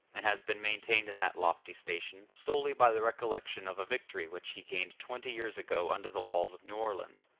and has been maintained in that lofty station, solely by the recollection of a victory which he gained twenty years ago under the walls of new orleans,